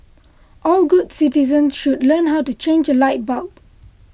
all good citizens should learn how to change a light bulb